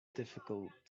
difficult